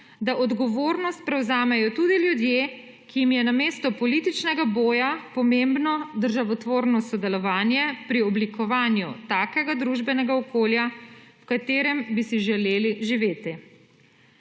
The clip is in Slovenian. da odgovornost prevzamejo tudi ljudje, ki jim je namesto političnega boja pomembno državotvorno sodelovanje pri oblikovanju takega družbenega okolja, v katerem bi si želeli živeti.